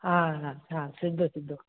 ಹಾಂ ಹಾಂ ಹಾಂ ಸಿದ್ದು ಸಿದ್ದು